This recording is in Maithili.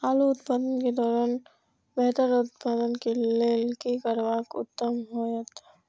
आलू उत्पादन के दौरान बेहतर उत्पादन के लेल की करबाक उत्तम होयत?